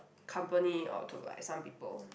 company or to like some people